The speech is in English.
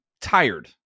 tired